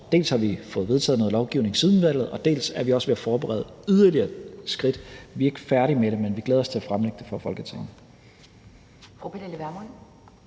Vi har dels fået vedtaget noget lovgivning siden valget, og vi er dels ved at forberede yderligere skridt, vi er ikke færdige med det, men vi glæder os til at fremlægge det for Folketinget.